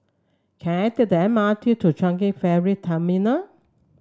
can I take the M R T to Changi Ferry Terminal